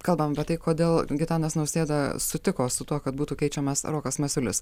kalbam apie tai kodėl gitanas nausėda sutiko su tuo kad būtų keičiamas rokas masiulis